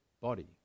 body